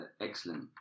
excellent